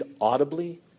audibly